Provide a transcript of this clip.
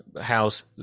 house